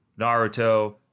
Naruto